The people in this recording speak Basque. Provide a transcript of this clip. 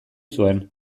zuen